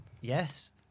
Yes